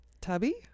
tubby